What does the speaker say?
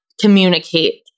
communicate